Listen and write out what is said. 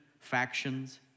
Factions